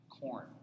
corn